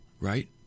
right